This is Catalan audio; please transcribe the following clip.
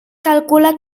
calcula